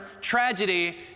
tragedy